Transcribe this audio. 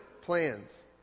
plans